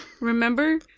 Remember